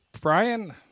Brian